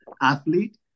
athlete